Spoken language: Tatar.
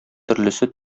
төрлесе